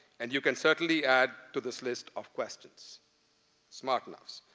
and you can certainly add to this list of questions smartness.